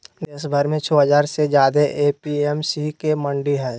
देशभर में छो हजार से ज्यादे ए.पी.एम.सी के मंडि हई